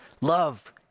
Love